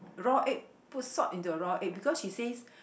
raw egg put salt into the raw egg because she says